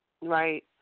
right